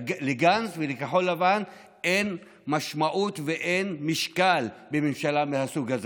לגנץ ולכחול לבן אין משמעות ואין משקל בממשלה מהסוג הזה,